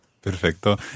Perfecto